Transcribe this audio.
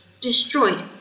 destroyed